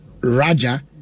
Raja